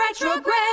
retrograde